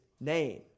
name